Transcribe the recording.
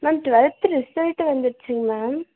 ma'am twelfth result வந்துடுச்சு ma'am